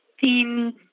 team